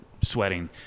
sweating